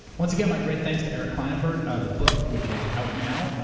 once again, my great thanks to eric klinenberg. the book, which is out now,